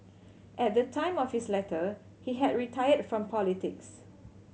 at the time of his letter he had retired from politics